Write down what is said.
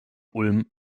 ulm